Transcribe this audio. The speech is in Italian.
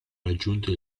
raggiunto